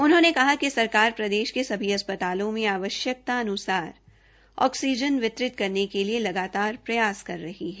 उन्होने कहा कि सरकार प्रदेश के सभी अस्पतालों मे आवश्यक्तान्सार ऑक्सीजन वितरित करने के लिए लगातार प्रयास कर रही है